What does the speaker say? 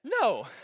No